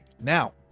Now